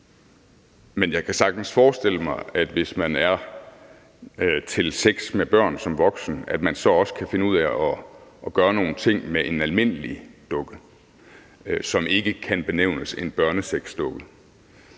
men jeg kan sagtens forestille mig, at hvis man som voksen er til sex med børn, at man så også kan finde ud af at gøre nogle ting med en almindelig dukke, som ikke kan benævnes børnesexdukke.